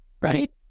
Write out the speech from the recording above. right